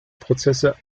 prozesse